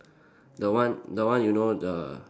the one the one you know the